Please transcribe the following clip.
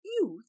youth